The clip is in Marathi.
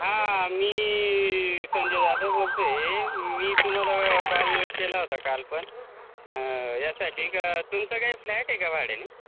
हां मी संजय जाधव बोलतो आहे मी तुम्हाला कॉल केला होता काल पण यासाठी का तुमचं काही फ्लॅट आहे का भाड्याने